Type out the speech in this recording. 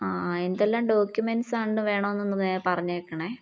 ആ എന്തെല്ലാം ഡോക്യൂമെൻറ്സ ആണ്ട് വേണോന്നൊന്ന് പറഞ്ഞേക്കണേ